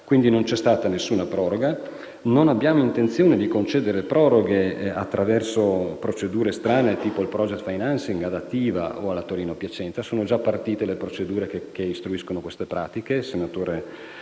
Non c'è stata quindi alcuna proroga e non abbiamo intenzione di concederne attraverso procedure strane come il *project financing* ad ATIVA o alla Torino-Piacenza. Sono già partite le procedure che istruiscono dette pratiche.